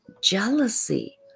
jealousy